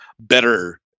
better